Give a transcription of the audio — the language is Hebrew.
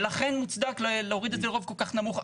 ולכן מוצדק להוריד את זה לרוב כל כך נמוך.